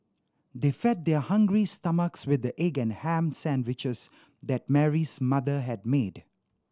they fed their hungry stomachs with the egg and ham sandwiches that Mary's mother had made